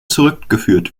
zurückgeführt